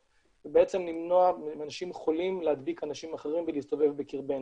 ולמנוע מאנשים חולים להדביק אנשים אחרים ולהסתובב בקרבנו,